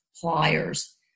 pliers